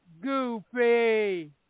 goofy